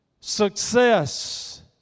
success